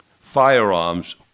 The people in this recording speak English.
Firearms